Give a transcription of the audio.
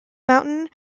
mountain